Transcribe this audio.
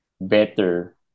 better